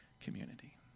community